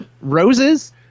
Roses